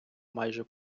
майже